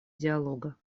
диалога